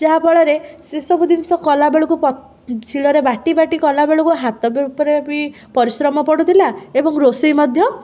ଯାହାଫଳରେ ସେସବୁ ଜିନିଷ କଲାବେଳକୁ ପ ଶିଳରେ ବାଟିବାଟି କଲାବେଳକୁ ହାତ ଉପରେ ବି ପରିଶ୍ରମ ପଡ଼ୁଥିଲା ଏବଂ ରୋଷେଇ ମଧ୍ୟ